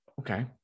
okay